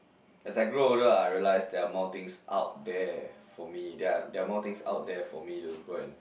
as I grow older I realised there are more things out there for me there are there are more things out there for me to go and